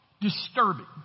disturbing